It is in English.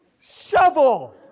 Shovel